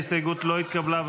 ההסתייגות לא התקבלה.